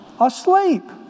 Asleep